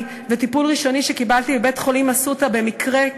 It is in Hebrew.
וטיפול ראשוני שקיבלתי בבית-חולים "אסותא" במקרה,